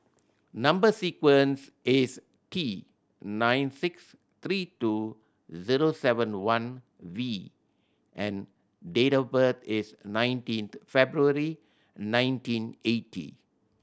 number sequence is T nine six three two zero seven one V and date of birth is nineteen February nineteen eighty